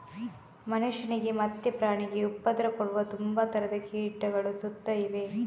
ಮನುಷ್ಯನಿಗೆ ಮತ್ತೆ ಪ್ರಾಣಿಗೆ ಉಪದ್ರ ಕೊಡುವ ತುಂಬಾ ತರದ ಕೀಟಗಳು ಸುತ್ತ ಇವೆ